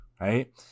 right